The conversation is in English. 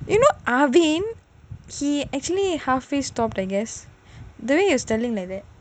you know arvin he actually halfway stopped I guess the way he was telling like that